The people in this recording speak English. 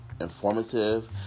informative